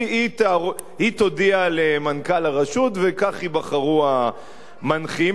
היא תודיע למנכ"ל הרשות וכך ייבחרו המנחים.